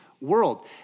world